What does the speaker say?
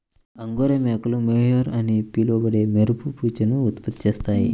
angora మేకలు mohair అని పిలువబడే మెరుపు పీచును ఉత్పత్తి చేస్తాయి